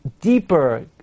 deeper